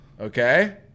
Okay